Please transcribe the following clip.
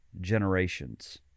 generations